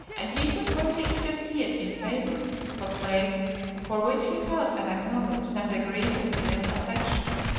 and he could only intercede in favor of a place for which he felt and acknowledged some degree of filial affection.